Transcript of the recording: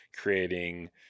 creating